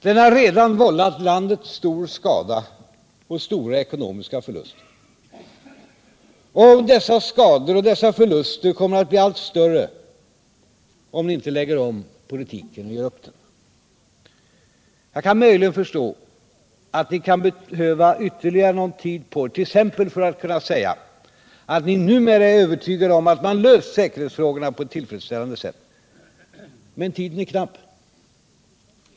Den har redan vållat landet stor skada och stora ekonomiska förluster. Och dessa skador och dessa förluster kommer att bli allt större om ni inte lägger om politiken, ger upp. Jag kan möjligen förstå att ni kan behöva ytterligare någon tid på er, t.ex. för att kunna säga att ni numera är övertygade om att man löst säkerhetsfrågorna på ett tillfredsställande sätt. Men tiden är knapp.